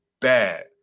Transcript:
bad